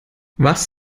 was